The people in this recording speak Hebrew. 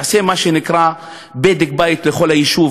תעשה מה שנקרא בדק בית לכל היישוב,